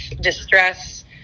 distress